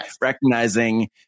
recognizing